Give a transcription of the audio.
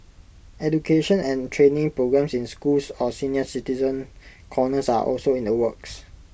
education and training programmes in schools or senior citizen corners are also in the works